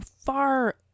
far